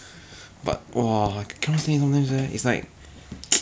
whatever whatever it is lah